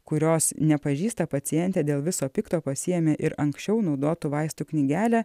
kurios nepažįsta pacientė dėl viso pikto pasiėmė ir anksčiau naudotų vaistų knygelę